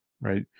right